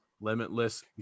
limitless